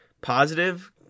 positive